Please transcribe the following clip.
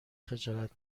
خجالت